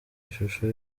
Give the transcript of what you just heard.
ishusho